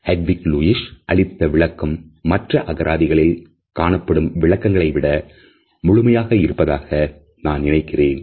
Gatwick Lewis அளித்த விளக்கம் மற்ற அகராதிகளில் காணப்படும் விளக்கங்களை விட முழுமையாக இருப்பதாக நான் நினைக்கிறேன்